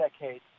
decades